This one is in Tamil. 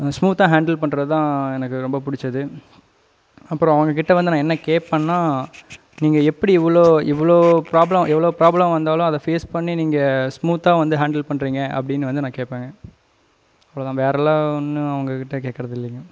ஸ்மூத்தாக ஹாண்டில் பண்ணுறது தான் எனக்கு ரொம்ப பிடித்தது அப்புறம் அவங்கக்கிட்டே வந்து நான் என்ன கேட்பேன்னா நீங்கள் எப்படி இவ்வளோ இவ்வளோ ப்ராப்ளம் எவ்வளோ ப்ராப்ளம் வந்தாலும் அதை ஃபேஸ் பண்ணி நீங்கள் ஸ்மூத்தாக வந்து ஹாண்டில் பண்ணுறீங்க அப்படின்னு வந்து நான் கேட்பேன் அவ்வளோதான் வேறெல்லாம் ஒன்றும் அவங்கக்கிட்ட கேக்கிறதில்லேங்க